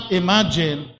imagine